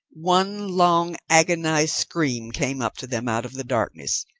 one long agonized scream came up to them out of the darkness,